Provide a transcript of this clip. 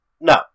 No